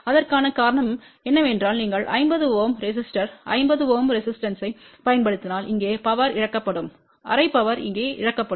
அதற்கான காரணம் என்னவென்றால் நீங்கள் 50 Ω ரெசிஸ்டோர்யம் 50 Ω ரெசிஸ்டன்ஸ்பைப் பயன்படுத்தினால் இங்கே பவர் இழக்கப்படும்12 பவர் இங்கே இழக்கப்படும்